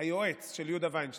איזה ספר?